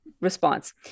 response